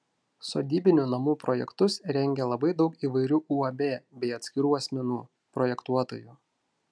sodybinių namų projektus rengia labai daug įvairių uab bei atskirų asmenų projektuotojų